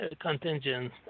contingent